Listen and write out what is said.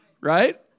right